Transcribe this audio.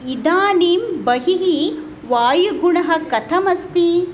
इदानीं बहिः वायुगुणः कथमस्ति